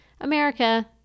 America